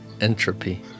Entropy